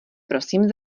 prosím